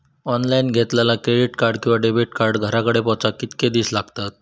Online घेतला credit card किंवा debit card घराकडे पोचाक कितके दिस लागतत?